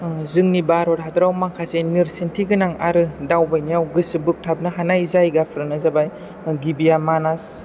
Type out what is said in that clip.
जोंनि भारत हादरआव माखासे नेरसोनथि गोनां आरो दावबायनायाव गोसो बोगथाबनो हानाय जायगाफ्रानो जाबाय गिबिआ मानास